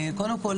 קודם כל,